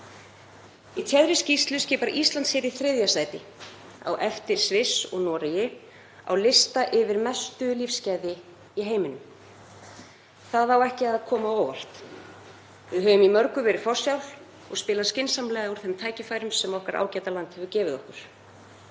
Í téðri skýrslu skipar Ísland sér í þriðja sæti á eftir Sviss og Noregi á lista yfir mestu lífsgæði í heiminum. Það á ekki að koma á óvart. Við höfum í mörgu verið forsjál og spilað skynsamlega úr þeim tækifærum sem okkar ágæta land hefur gefið okkur.